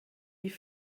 die